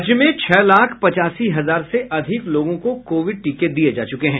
राज्य में छह लाख पचासी हजार से अधिक लोगों को कोविड टीके दिये जा चुके हैं